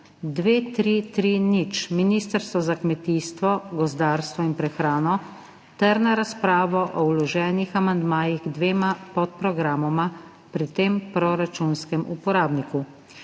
2330 Ministrstvo za kmetijstvo, gozdarstvo in prehrano ter na razpravo o vloženih amandmajih k dvema podprogramoma pri tem proračunskem uporabniku.